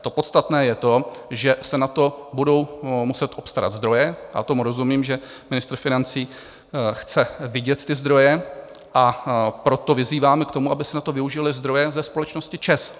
To podstatné je to, že se na to budou muset obstarat zdroje, a tomu rozumím, že ministr financí chce vidět ty zdroje, a proto vyzýváme k tomu, aby se na to využily zdroje ze společnosti ČEZ.